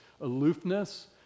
aloofness